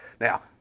Now